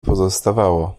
pozostawało